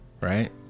right